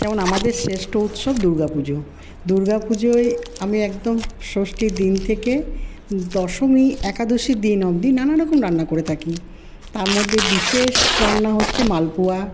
যেমন আমাদের শ্রেষ্ঠ উৎসব দুর্গা পুজো দুর্গা পুজোয় আমি একদম ষষ্ঠীর দিন থেকে দশমী একাদশীর দিন অবধি নানারকম রান্না করে থাকি তার মধ্যে বিশেষ রান্না হচ্ছে মালপোয়া